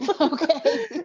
Okay